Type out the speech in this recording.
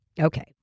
okay